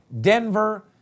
Denver